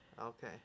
Okay